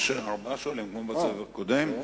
יש ארבעה שואלים כמו בסבב הקודם.